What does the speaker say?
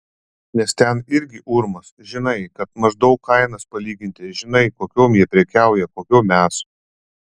nes ten irgi urmas žinai kad maždaug kainas palyginti žinai kokiom jie prekiauja kokiom mes